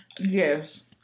Yes